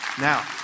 Now